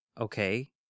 okay